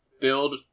Build